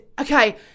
okay